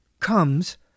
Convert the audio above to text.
comes